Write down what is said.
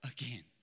again